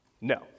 no